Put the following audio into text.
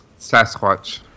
Sasquatch